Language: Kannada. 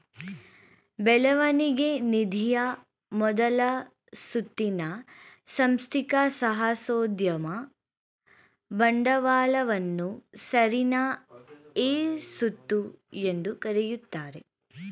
ಬೆಳವಣಿಗೆ ನಿಧಿಯ ಮೊದಲ ಸುತ್ತಿನ ಸಾಂಸ್ಥಿಕ ಸಾಹಸೋದ್ಯಮ ಬಂಡವಾಳವನ್ನ ಸರಣಿ ಎ ಸುತ್ತು ಎಂದು ಕರೆಯುತ್ತಾರೆ